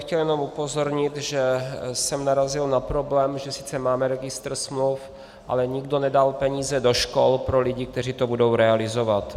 Chtěl bych jenom upozornit, že jsem narazil na problém, že sice máme registr smluv, ale nikdo nedal peníze do škol pro lidi, kteří to budou realizovat.